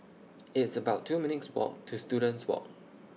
It's about two minutes' Walk to Students Walk